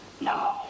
no